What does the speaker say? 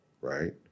right